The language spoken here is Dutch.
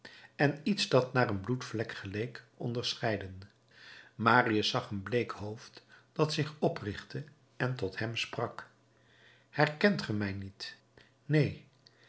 en iets dat naar een bloedvlek geleek onderscheiden marius zag een bleek hoofd dat zich oprichtte en tot hem sprak herkent ge mij niet neen